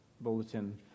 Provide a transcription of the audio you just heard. Bulletin